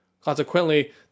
Consequently